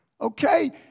Okay